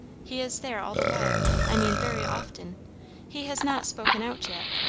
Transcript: he is there all the while i mean, very often he has not spoken out yet,